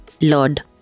Lord